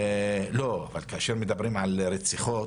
לא, אבל כאשר מדברים על רציחות,